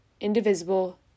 indivisible